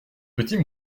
petit